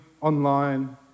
online